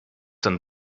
dann